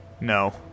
No